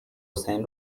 حسین